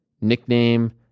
nickname